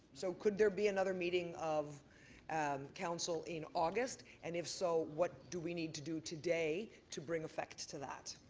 so could there be another meeting of and council in august, and if so, what do we need to do today to bring effect to that?